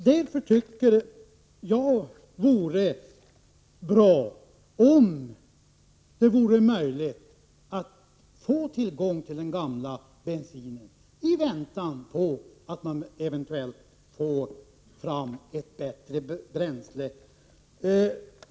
Jag tycker att det vore bra om man kunde få tillgång till den gamla bensinen, i väntan på att man eventuellt får fram ett bättre bränsle.